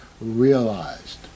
realized